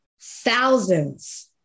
thousands